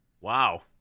Wow